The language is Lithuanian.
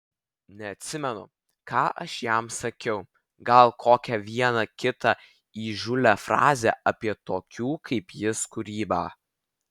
neatsimenu ką aš jam sakiau gal kokią vieną kitą įžūlią frazę apie tokių kaip jis kūrybą